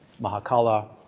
Mahakala